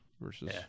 versus